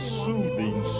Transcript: soothing